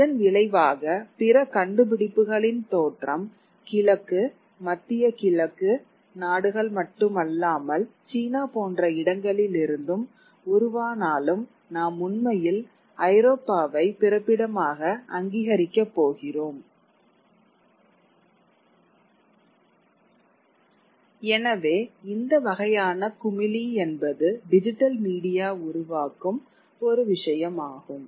இதன் விளைவாக பிற கண்டுபிடிப்புகளின் தோற்றம் கிழக்கு மத்திய கிழக்கு நாடுகள் மட்டுமல்லாமல் சீனா போன்ற இடங்களிலிருந்தும் உருவானாலும் நாம் உண்மையில் ஐரோப்பாவை பிறப்பிடமாக அங்கீகரிக்கப் போகிறோம் எனவே இந்த வகையான குமிழி என்பது டிஜிட்டல் மீடியா உருவாக்கும் ஒரு விஷயம் ஆகும்